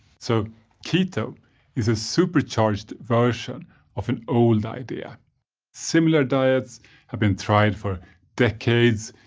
so keto is a supercharged version of an old idea similar diets have been tried for decades,